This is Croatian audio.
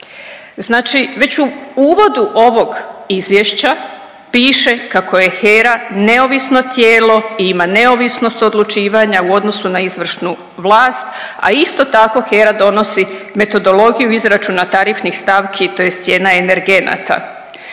Znači već u uvodu ovog Izvješća piše kako je HERA neovisno tijelo i ima neovisnost odlučivanja u odnosu na izvršnu vlast, a isto tako, HERA donosi metodologiju izračuna tarifnih stavki tj. cijena energenata.